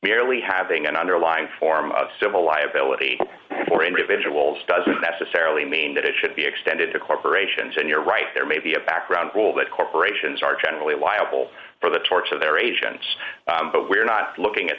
merely having an underlying form of civil liability for individuals doesn't necessarily mean that it should be extended to corporations and you're right there may be a background rule that corporations are generally liable for the torture of their agents but we're not looking at